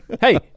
Hey